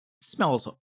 Smells